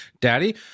Daddy